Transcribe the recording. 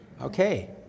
Okay